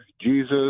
Jesus